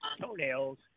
toenails